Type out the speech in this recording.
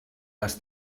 les